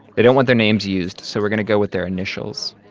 they don't want their names used, so we're going to go with their initials.